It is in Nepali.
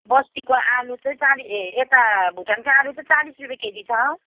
बस्तीको आलु चाहिँ चाल ए यता भुटानको आलु चाहिँ चालिस रुपियाँ केजी छ